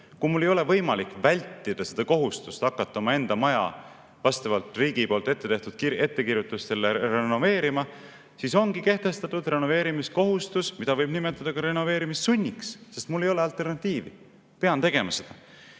kui mul ei ole võimalik vältida kohustust hakata omaenda maja vastavalt riigi ettekirjutustele renoveerima, siis ongi kehtestatud renoveerimiskohustus, mida võib nimetada ka renoveerimissunniks, sest mul ei ole alternatiivi, ma pean seda